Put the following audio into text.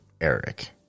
Eric